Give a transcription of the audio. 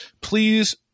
please